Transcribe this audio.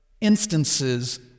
instances